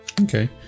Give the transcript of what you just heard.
Okay